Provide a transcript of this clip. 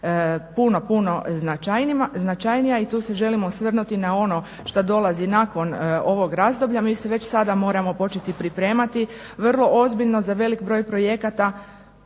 puno, puno značajnija i tu se želim osvrnuti na ono što dolazi nakon ovog razdoblja. Mi se već sada moramo početi pripremati vrlo ozbiljno za velik broj projekata,